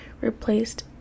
replaced